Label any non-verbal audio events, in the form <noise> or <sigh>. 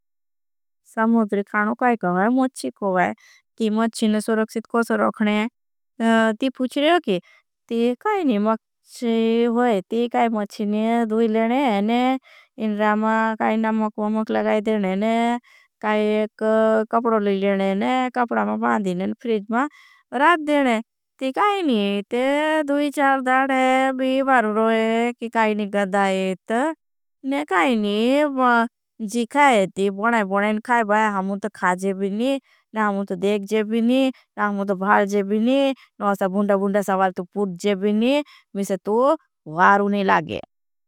समओदरी कानो काई कहाँ वाई मच्ची को वाई की मच्चीने सौरक्षित। कोसे रोखने ती पूछ रहो की ती काईनी <hesitation> मच्ची होई। ती काई मच्चीने दूई लेने है ने इन रामा काईना मक्वा मक्वा लगाई देने ने। काई एक कपड़ो ले लेने ने कपड़ा मां बांधीने ने फ्रीज मां राख देने ती। काईनी इत दूई चार दाड़ है बीबार रोहे की काईनी गधा है इत ने। काईनी <hesitation> जी खाये थी बनाये बनाये खाये बाये हमों। तो खाजे बीनी नहां हमों तो देख जे बीनी मिसे तो वारू नहीं लागे।